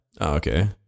okay